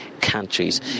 countries